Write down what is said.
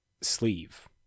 sleeve